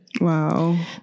Wow